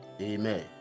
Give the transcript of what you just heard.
Amen